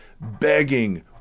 Begging